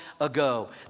ago